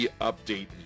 update